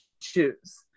choose